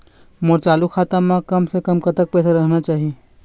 मोर चालू खाता म कम से कम कतक पैसा रहना चाही?